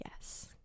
yes